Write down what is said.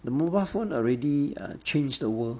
the mobile phone already err change the world